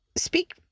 Speak